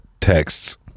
texts